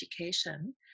education